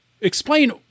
explain